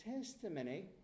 testimony